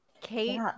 Kate